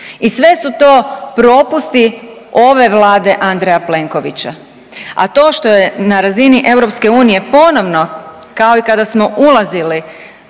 I sve su to propusti ove Vlade Andreja Plenkovića. A to što je na razini EU ponovno kao i kada smo ulazili